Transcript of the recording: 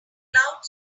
cloud